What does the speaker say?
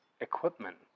equipment